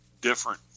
different